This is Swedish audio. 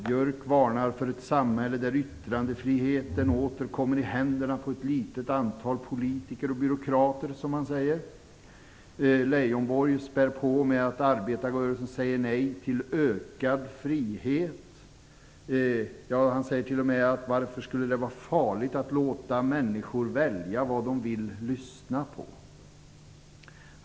Björck varnar för ett samhälle där yttrandefriheten åter kommer i händerna på ett litet antal politiker och byråkrater. Leijonborg spär på med att arbetarrörelsen säger nej till ökad frihet. Han frågar t.o.m.: Varför skulle det vara farligt att låta människor välja vad de vill lyssna på?